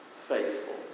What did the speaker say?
faithful